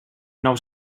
nou